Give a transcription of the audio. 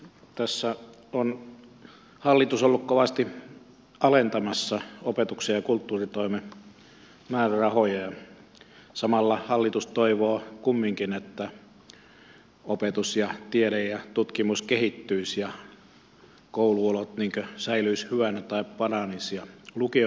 tässä on hallitus ollut kovasti alentamassa opetuksen ja kulttuuritoimen määrärahoja ja samalla hallitus toivoo kumminkin että opetus tiede ja tutkimus kehittyisivät ja kouluolot säilyisivät hyvinä tai paranisivat